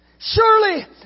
Surely